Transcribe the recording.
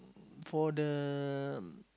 for the